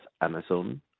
Amazon